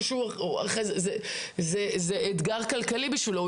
זה אתגר כלכלי בשבילו,